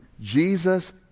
Jesus